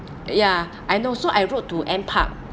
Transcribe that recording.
ya I know so I wrote to N park